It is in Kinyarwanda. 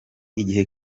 igihe